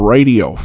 Radio